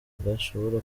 gashobora